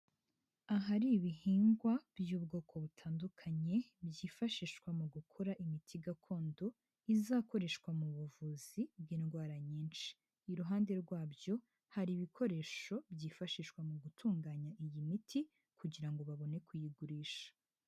Ahari ibihingwa by'ubwoko butandukanye byifashishwa mu gukora imiti gakondo izakoreshwa mu buvuzi bw'indwara nyinshi, iruhande rwabyo hari ibikoresho byifashishwa mu gutunganya iyi miti kugira ngo babone kuyigurisha.